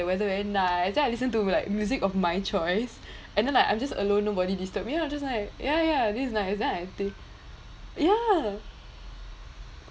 the weather very nice then I listen to like music of my choice and then like I'm just alone nobody disturb me lah just like ya ya this is nice then I think ya